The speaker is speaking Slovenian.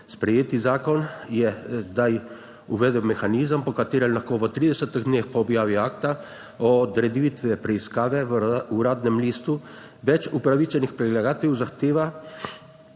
Sprejeti zakon je zdaj uvedel mehanizem, po katerem lahko v 30-dneh po objavi akta o odreditvi preiskave v Uradnem listu več upravičenih predlagateljev zahteva,